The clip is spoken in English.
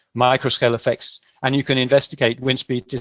microscale effects, and you can investigate windspeed